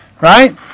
right